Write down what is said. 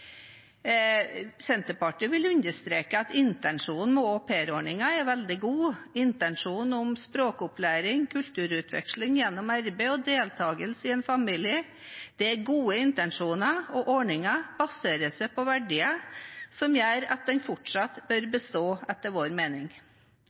Senterpartiet vil understreke at intensjonen med aupairordningen er veldig god. Intensjonene om språkopplæring, kulturutveksling gjennom arbeid og deltakelse i en familie er gode intensjoner, og ordningen baserer seg på verdier som gjør at den fortsatt bør